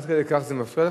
עד כדי כך זה מפריע לך?